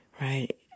right